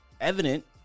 evident –